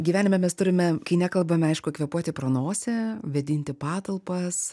gyvenime mes turime kai nekalbame aišku kvėpuoti pro nosį vėdinti patalpas